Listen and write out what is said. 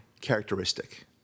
characteristic